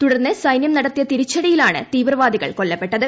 തുടർന്ന് സൈന്യം നടത്തിയ തിരിച്ചട്ടീയിലാണ് തീവ്രവാദികൾ കൊല്ലപ്പെട്ടത്